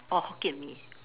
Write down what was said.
orh Hokkien Mee